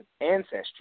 ancestry